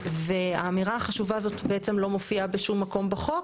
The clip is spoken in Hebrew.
האמירה החשובה הזאת בעצם לא מופיעה בשום מקום בחוק